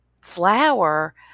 flower